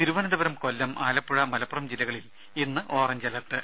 തിരുവനന്തപുരം കൊല്ലം ആലപ്പുഴ മലപ്പുറം ജില്ലകളിൽ ഇന്ന് orange alert